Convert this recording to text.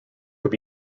will